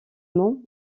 mont